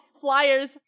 flyers